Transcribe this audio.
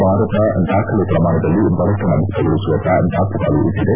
ಭಾರತ ದಾಖಲೆ ಪ್ರಮಾಣದಲ್ಲಿ ಬಡತನ ಮುಕ್ತಗೊಳಿಸುವತ್ತ ದಾಮಗಾಲು ಇಟ್ಟದೆ